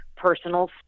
personal